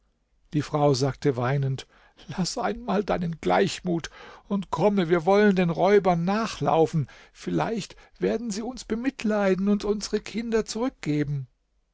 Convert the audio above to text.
die frau sagte weinend laß einmal deinen gleichmut und komme wir wollen den räubern nachlaufen vielleicht werden sie uns bemitleiden und uns unsere kinder zurückgeben